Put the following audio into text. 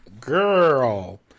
girl